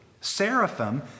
Seraphim